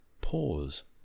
pause